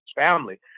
family